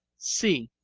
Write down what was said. c.